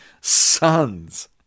sons